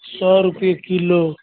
सए रूपआ किलो